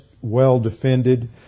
well-defended